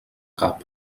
cap